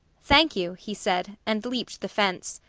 thank you, he said and leaped the fence.